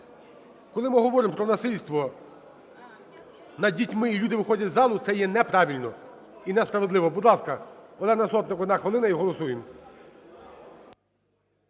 Коли ми говоримо про насильство над дітьми, і люди виходять з залу, це є неправильно і несправедливо. Будь ласка, Олена Сотник, 1 хвилина і голосуємо.